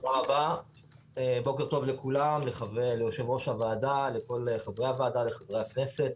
בוקר טוב לכולם ליושב ראש הוועדה לכל חברי הוועדה לחברי הכנסת,